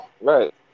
Right